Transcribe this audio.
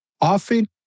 often